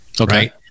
Okay